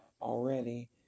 already